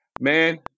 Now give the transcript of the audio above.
Man